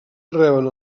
reben